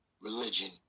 religion